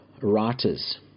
writers